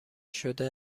شده